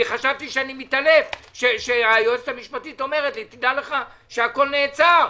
אני חשבתי שאני מתעלף שהיועצת המשפטית אמרה לי: תדע לך שהכל נעצר.